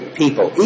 people